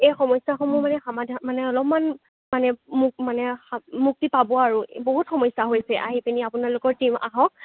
এই সমস্যাসমূহ মানে সমাধান মানে অলপমাণ মানে মু মানে সা মুক্তি পাব আৰু বহুত সমস্যা হৈছে আহিপেনি আপোনালোকৰ টিম আহক